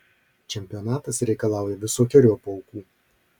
čempionatas reikalauja visokeriopų aukų